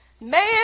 man